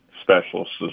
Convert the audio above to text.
specialists